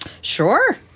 Sure